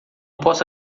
posso